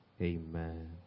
Amen